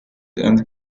and